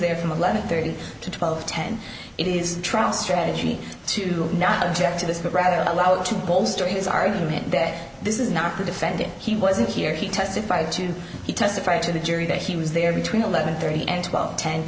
there from eleven thirty to twelve ten it is trial strategy to not object to this but rather allow to bolster his argument that this is not the defendant he wasn't here he testified to he testified to the jury that he was there between eleven thirty and twelve ten